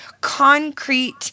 concrete